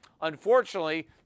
Unfortunately